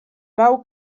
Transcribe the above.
bał